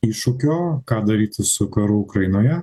iššūkio ką daryti su karu ukrainoje